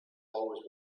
always